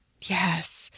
yes